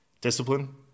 discipline